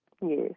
Yes